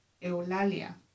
Eulalia